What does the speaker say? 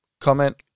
comment